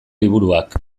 liburuak